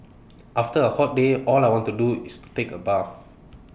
after A hot day all I want to do is to take A bath